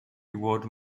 reward